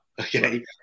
Okay